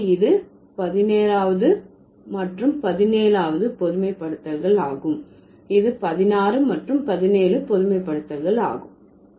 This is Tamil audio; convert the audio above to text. எனவே இது பதினாறாவது மற்றும் பதினேழாவது பொதுமைப்படுத்தல்கள் ஆகும்